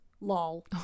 lol